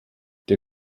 der